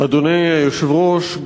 אדוני היושב-ראש,